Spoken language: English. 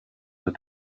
that